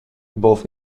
both